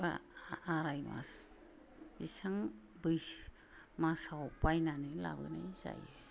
बा आह आराय माच बिसां बैसो माचआव बायनानै लाबोनाय जायो